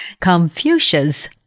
Confucius